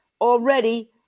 already